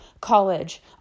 college